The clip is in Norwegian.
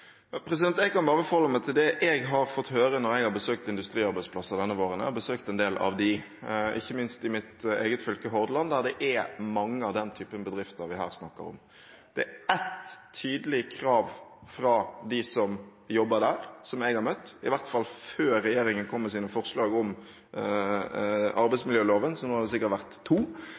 Jeg kan bare forholde meg til det jeg har fått høre når jeg har besøkt industriarbeidsplasser denne våren. Jeg har besøkt en del av dem – ikke minst i mitt eget fylke, Hordaland, der det er mange av den typen bedrifter vi her snakker om. Det er ett tydelig krav fra dem som jobber der, som jeg har møtt – i hvert fall før regjeringen kom med sine forslag om arbeidsmiljøloven, så nå hadde det sikkert vært to